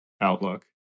outlook